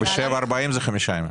שבעה עד 40 קילומטר זה חמישה ימים.